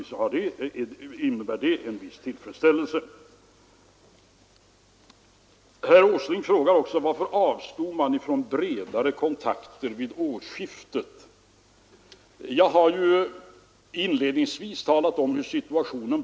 Jag tror att de förhandlande parterna kan gå vidare i det politiska arbetet oberörda av den här kritiken.